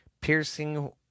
Piercing